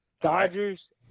Dodgers